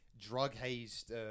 drug-hazed